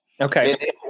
Okay